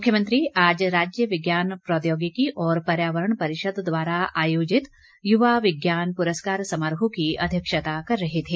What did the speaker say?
मुख्यमंत्री आज राज्य विज्ञान प्रौद्योगिकी और पर्यावरण परिषद द्वारा आयोजित युवा विज्ञान पुरस्कार समारोह की अध्यक्षता कर रहे थे